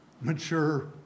mature